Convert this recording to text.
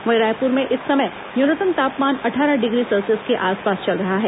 वहीं रायपुर में इस समय न्यूनतम तापमान अट्ठारह डिग्री सेल्सियस के आसपास चल रहा है